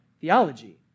theology